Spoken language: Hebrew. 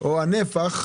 או הנפח,